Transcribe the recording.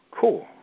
Cool